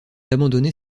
abandonner